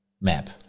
map